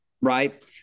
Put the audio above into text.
right